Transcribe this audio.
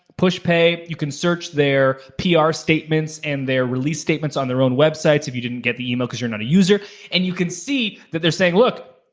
pushpay, you can search their pr statements and their release statements on their own websites if you didn't get the email cause you're not a user and you can see that they're saying, look,